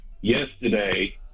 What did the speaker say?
yesterday